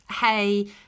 hey